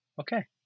Okay